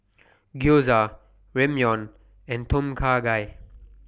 Gyoza Ramyeon and Tom Kha Gai